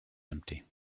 empty